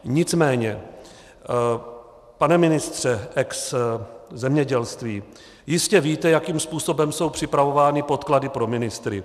Nicméně, pane ministře ex zemědělství, jistě víte, jakým způsobem jsou připravovány podklady pro ministry.